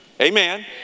Amen